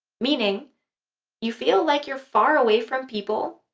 meaning you feel like you're far away from people,